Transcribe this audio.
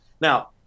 Now